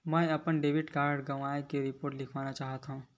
मेंहा अपन debit card गवाए के रिपोर्ट लिखना चाहत हव